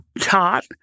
taught